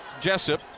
Jessup